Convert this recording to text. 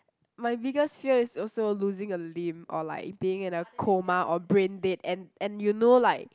my biggest fear is also losing a limb or like being in a coma or brain dead and and you know like